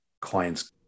clients